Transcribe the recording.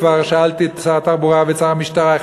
כבר שאלתי את שר התחבורה ואת השר לביטחון פנים,